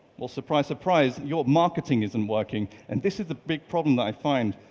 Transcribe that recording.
well surprise, surprise your marketing isn't working and this is the big problem that i find.